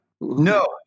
No